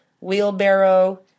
Wheelbarrow